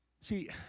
See